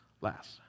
Last